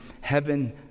Heaven